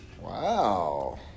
Wow